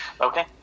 Okay